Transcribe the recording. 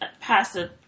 passive